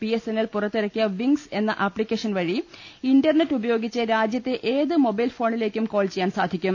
BSNL പുറത്തിറക്കിയ Wings എന്ന application വഴി ഇന്റർനെറ്റ് ഉപയോഗിച്ച് രാജ്യത്തെ ഏത് മൊബൈൽ ഫോണിലേക്കും കോൾ ചെയ്യാൻ സാധിക്കും